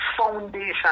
foundation